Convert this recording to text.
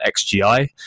XGI